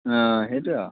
অঁ সেইটোৱে আৰু